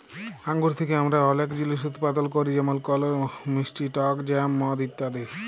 আঙ্গুর থ্যাকে আমরা অলেক জিলিস উৎপাদল ক্যরি যেমল ফল, মিষ্টি টক জ্যাম, মদ ইত্যাদি